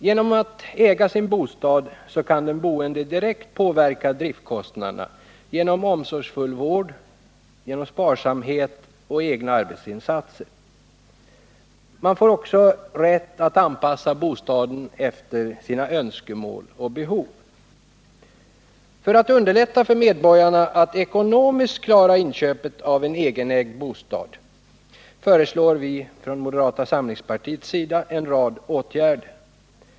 Genom att äga sin bostad kan den boende direkt påverka driftkostnaderna genom omsorgsfull vård, sparsamhet och egna arbetsinsatser. Man får också rätt att anpassa bostaden efter sina önskemål och behov. För att underlätta för medborgarna att ekonomiskt klara inköpet av en egenägd bostad föreslår vi från moderata samlingspartiet en rad åtgärder.